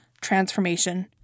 transformation